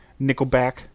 Nickelback